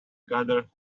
gather